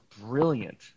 brilliant